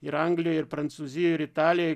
ir anglijoj ir prancūzijoj ir italijoj